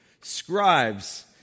scribes